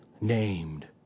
named